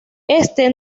este